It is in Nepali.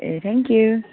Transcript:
A thank you